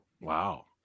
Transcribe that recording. Wow